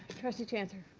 trustee chancer?